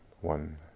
one